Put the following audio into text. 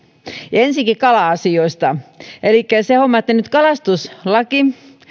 ensinnäkin kala asioista elikkä se homma että nyt kalastuslakia